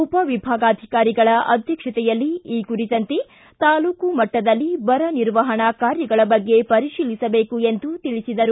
ಉಪವಿಭಾಗಾಧಿಕಾರಿಳ ಅಧ್ಯಕ್ಷತೆಯಲ್ಲಿ ಈ ಕುರಿತಂತೆ ತಾಲೂಕು ಮಟ್ಲದಲ್ಲಿ ಬರ ನಿರ್ವಹಣಾ ಕಾರ್ಯಗಳ ಬಗ್ಗೆ ಪರಿಶೀಲಿಸಬೇಕು ಎಂದು ತಿಳಿಸಿದರು